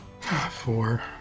Four